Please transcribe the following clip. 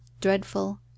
dreadful